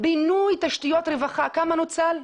בינוי תשתיות רווחה כמה נוצל?